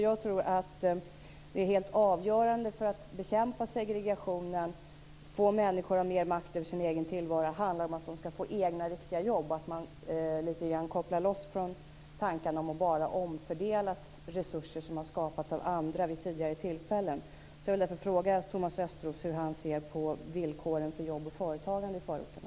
Jag tror att det är helt avgörande för att man skall kunna bekämpa segregationen är att människor får mer makt över sin egen tillvaro. Det handlar om att de skall få egna, riktiga jobb och om att man måste koppla loss tankarna på att bara omfördela resurser som skapats av andra vid tidigare tillfällen. Jag vill därför fråga Thomas Östros hur han ser på villkoren för jobb och företagande i förorterna.